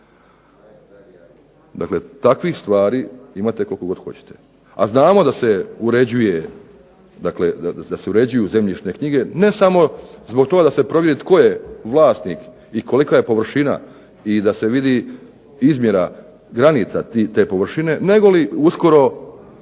Dakle, takvih stvari imate koliko god hoćete. A znamo da se uređuju zemljišne knjige, ne samo da se provjeri tko je vlasnik i kolika je potvrđena i da se vidi izmjera granica te površine nego li uskoro